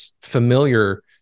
familiar